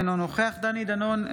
אינו נוכח דני דנון,